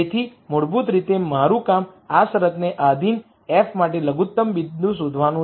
તેથી મૂળભૂત રીતે મારું કામ આ શરતને આધીન f માટે લઘુત્તમ બિંદુ શોધવાનું છે